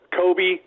Kobe